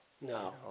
No